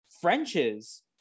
Frenches